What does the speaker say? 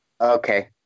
Okay